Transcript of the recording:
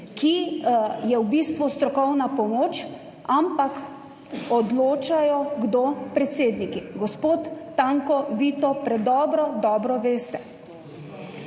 ki je v bistvu strokovna pomoč. Ampak odločajo – kdo? Predsedniki. Gospod Tanko, vi to predobro, dobro veste.